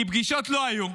כי פגישות לא היו.